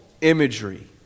imagery